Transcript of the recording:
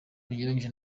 binyuranije